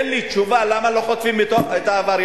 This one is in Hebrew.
תן לי תשובה למה לא חוטפים את העבריין.